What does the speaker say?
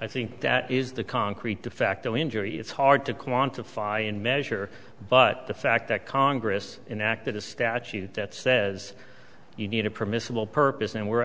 i think that is the concrete de facto injury it's hard to quantify and measure but the fact that congress enacted a statute that says you need a permissible purpose and